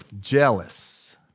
jealous